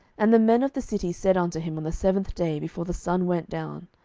and the men of the city said unto him on the seventh day before the sun went down,